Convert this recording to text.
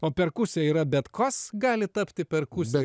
o perkusija yra bet kas gali tapti perkusija